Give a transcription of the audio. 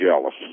jealous